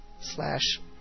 slash